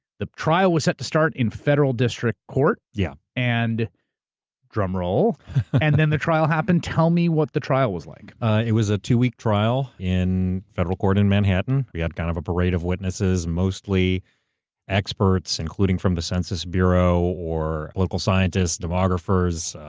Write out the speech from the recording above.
the trial was set to start in federal district court. yeah. and drum roll and then the trial happened. tell me what the trial was like. it was a two week trial in federal court in manhattan. we had kind of a parade of witnesses, mostly experts, including from the census bureau, or political scientists, demographers,